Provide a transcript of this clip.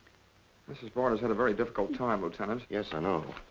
mrs. bard has had a very difficult time, lieutenant. yes, i know.